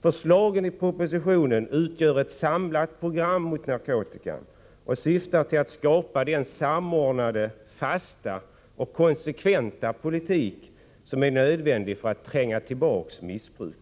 Förslagen i propositionerna utgör ett samlat program mot narkotikan och syftar till att skapa den samordnade, fasta och konsekventa politik som är nödvändig för att tränga tillbaka missbruket.